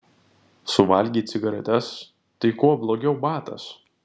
suvalgei cigaretes tai kuo blogiau batas